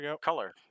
color